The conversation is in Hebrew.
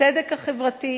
בצדק החברתי,